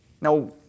Now